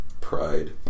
Pride